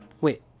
wait